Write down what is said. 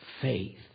faith